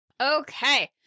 Okay